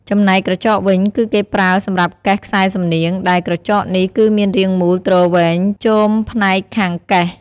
ចំណែកក្រចកវិញ គឺគេប្រើសម្រាប់កេះខ្សែសំនៀង ដែលក្រចកនេះគឺមានរាងមូលទ្រវែងជមផ្នែកខាងកេះ។